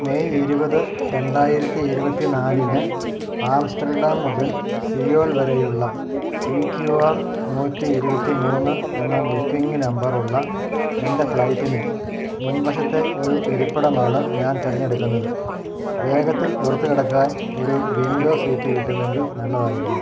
May ഇരുപത് രണ്ടായിരത്തി ഇരുപത്തി നാലിന് ആംസ്റ്റർഡാം മുതൽ സിയോൾ വരെയുള്ള പി ക്യു ആർ നൂറ്റി ഇരുപത്തി മൂന്ന് എന്ന ബുക്കിംഗ് നമ്പറുള്ള എൻ്റെ ഫ്ലൈറ്റിന് മുൻവശത്തെ ഒരു ഇരിപ്പിടമാണ് ഞാൻ തിരഞ്ഞെടുക്കുന്നത് വേഗത്തിൽ പുറത്തുകടക്കാൻ ഒരു വിൻഡോ സീറ്റ് കിട്ടുമെങ്കിൽ നല്ലതായിരുന്നു